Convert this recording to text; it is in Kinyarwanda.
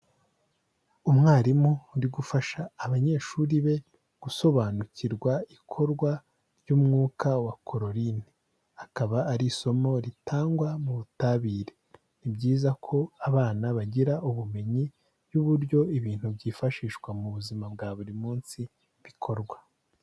Umwarimu uri gufasha abanyeshuri be gusobanukirwa ikorwa ry'umwuka wa kororine, akaba ari isomo ritangwa mu butabire. Ni byiza ko abana bagira ubumenyi bw'uburyo ibintu byifashishwa mu buzima bwa buri munsi bikorwa.